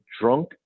drunk